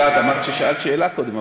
אמרת ששאלת שאלה קודם,